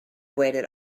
waited